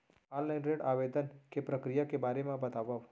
Online ऋण आवेदन के प्रक्रिया के बारे म बतावव?